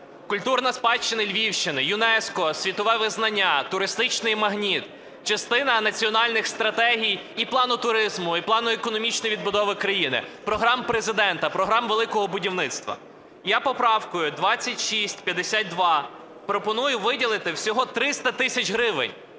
Культурна спадщина Львівщини, ЮНЕСКО, світове визнання, туристичний магніт – частина національних стратегій і плану туризму, і плану економічної відбудови країни програм Президента, програми "Великого будівництва". Я поправкою 2652 пропоную виділити всього 300 тисяч гривень,